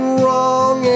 wrong